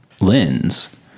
lens